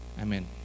amen